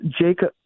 Jacob